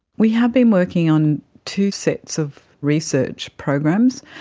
we have been working on two sets of research programs.